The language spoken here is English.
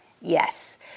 Yes